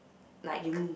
like